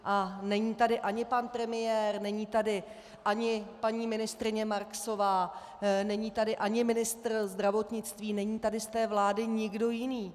A není tady ani pan premiér, není tady ani paní ministryně Marksová, není tady ani ministr zdravotnictví, není tady z té vlády nikdo jiný.